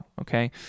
okay